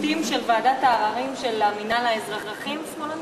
השופטים של ועדת העררים של המינהל האזרחי הם שמאלנים?